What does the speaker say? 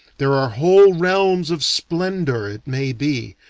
there are whole realms of splendor, it may be,